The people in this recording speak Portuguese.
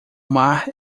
mar